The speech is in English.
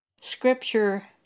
Scripture